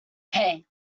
hey